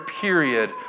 period